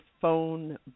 phone